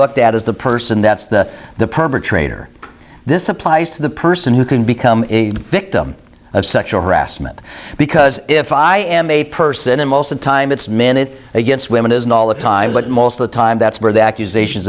looked at as the person that's the the perpetrator this applies to the person who can become the victim of sexual harassment because if i am a person and most the time it's minute against women is not all the time but most of the time that's where the accusations